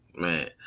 man